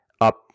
up